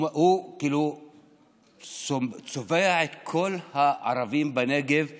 הוא צובע את כל הערבים בנגב כגנבים,